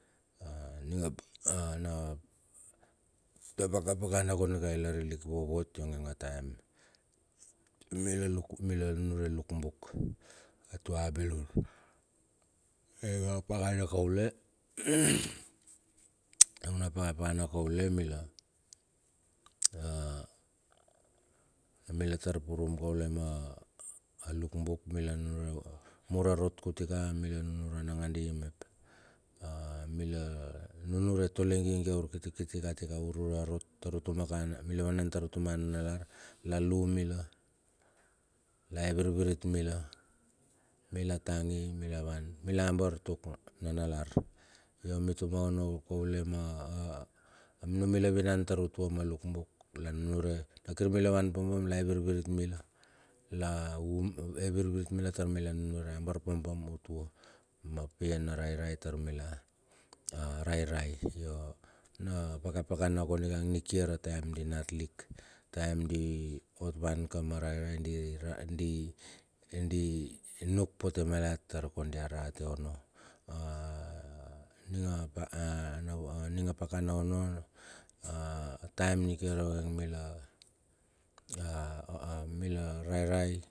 A ning ap a an a pakana kondi ka lari lik vovot ionge taem mila luk, mila nunure luk buk, atua bilur, ninga pakana kaule iong na paka pakana kaule mila, a mila tar purum kaule ma luk buk mila nunure mur a rot kuti ka mila nunuran nakandi mep, a mila nunure tole gigie a urkitikiti katika urure arot tar utumaka, mila wanan tar utumaka nanalar, lalu mila. La el virvirit mila, mila tangi mila wan mila amber tuk nanalar. Io mituma ono kaule ma a a anumila vinan tar utua ma lukbuk, mila nunure, na kir mila wan pam, pam lae elvirvirit mila la um, evirvirit mila tar nunure a bar pam pam utua ma pie na rairai tar mila rairai. Io na pakapana kondika nikiar a taem di nat lik, taem diot wan ka ma rairai, di di nuk pote malat tar kondi arate ono. A ninga paka a na vo, ning a pakana onno a taem nikiar ang mila a mila rairai.